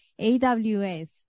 AWS